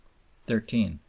thirteen.